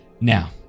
now